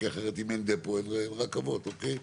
כי אחרת אם אין דפו, אז זה רכבות, אוקיי?